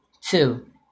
two